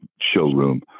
showroom